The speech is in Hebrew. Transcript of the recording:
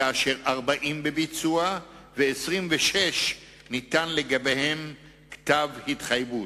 כאשר 40 בביצוע ו-26 ניתן לגביהם כתב התחייבות.